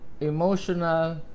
emotional